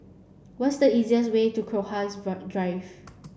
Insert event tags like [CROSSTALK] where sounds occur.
what's the easiest way to Crowhurst [UNINTELLIGIBLE] Drive